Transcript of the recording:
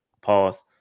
pause